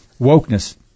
wokeness